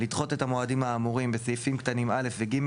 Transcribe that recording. לדחות את המועדים האמורים בסעיפים קטנים (א) ו (ג),